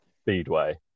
Speedway